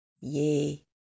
Yay